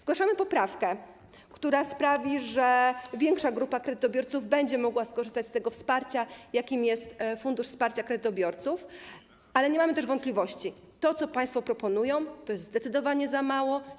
Zgłaszamy poprawkę, która sprawi, że większa grupa kredytobiorców będzie mogła skorzystać z tego wsparcia, jakim jest Fundusz Wsparcia Kredytobiorców, ale nie mamy też wątpliwości: to, co państwo proponują, to jest zdecydowanie za mało.